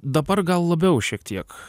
dabar gal labiau šiek tiek